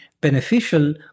beneficial